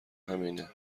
همینه